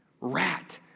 Rat